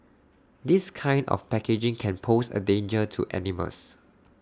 this kind of packaging can pose A danger to animals